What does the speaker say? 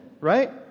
Right